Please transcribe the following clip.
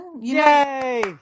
Yay